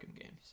games